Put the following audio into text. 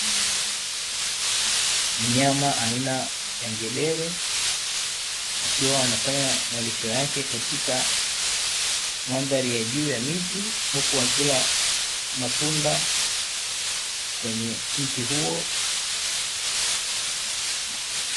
Mnyama aina ya ngedele akiwa anafanya malisho yake katika mandhari ya juu ya miti huku akila matunda kwenye mti huo.